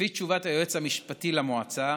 לפי תשובת היועץ המשפטי למועצה,